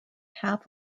half